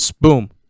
Boom